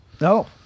no